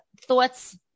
thoughts